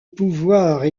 pouvoirs